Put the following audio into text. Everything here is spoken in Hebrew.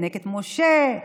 מינקת משה,